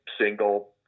single